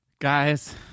guys